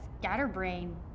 scatterbrain